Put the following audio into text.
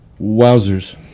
Wowzers